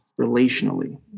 relationally